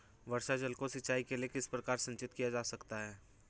वर्षा जल को सिंचाई के लिए किस प्रकार संचित किया जा सकता है?